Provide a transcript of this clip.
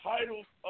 Titles